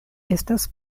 estas